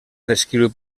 descriu